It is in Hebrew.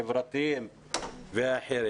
חברתיים ואחרים,